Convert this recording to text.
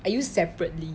I use separately